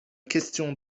question